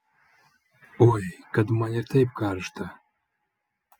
oi kad man ir taip karšta